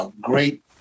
great